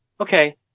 Okay